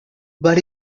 but